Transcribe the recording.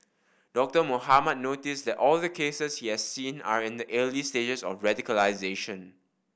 Doctor Mohamed noticed that all the cases he has seen are in the early stages of radicalisation